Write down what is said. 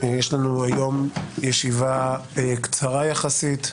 יש לנו היום ישיבה קצרה יחסית,